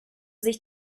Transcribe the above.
sich